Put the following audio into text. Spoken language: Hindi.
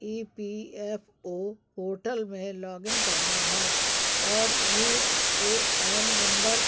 ई पी एफ़ ओ पोर्टल में लॉगिन करना है और यू ए एन नम्बर